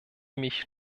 mich